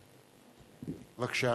בבקשה.